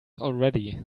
already